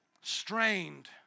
strained